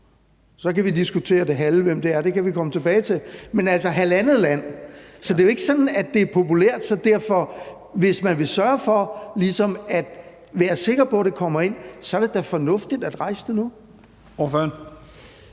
Så kan vi diskutere, hvilket land der er det halve – det kan vi komme tilbage til – men altså, det er halvandet land, så det er ikke sådan, at det er populært. Så derfor vil jeg sige: Hvis man vil sørge for ligesom at være sikker på, at det kommer ind, er det da fornuftigt at rejse det nu. Kl.